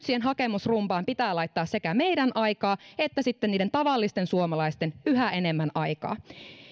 siihen hakemusrumbaan pitää sekä meidän laittaa aikaa että sitten niiden tavallisten suomalaisten laittaa yhä enemmän aikaa